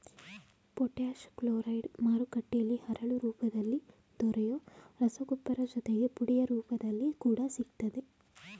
potash chloride ಮಾರುಕಟ್ಟೆಲಿ ಹರಳು ರೂಪದಲ್ಲಿ ದೊರೆಯೊ ರಸಗೊಬ್ಬರ ಜೊತೆಗೆ ಪುಡಿಯ ರೂಪದಲ್ಲಿ ಕೂಡ ಸಿಗ್ತದೆ